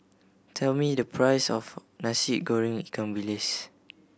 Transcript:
tell me the price of Nasi Goreng ikan bilis